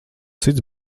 cits